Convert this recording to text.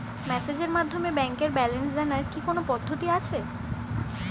মেসেজের মাধ্যমে ব্যাংকের ব্যালেন্স জানার কি কোন পদ্ধতি আছে?